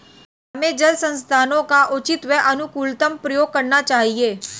हमें जल संसाधनों का उचित एवं अनुकूलतम प्रयोग करना चाहिए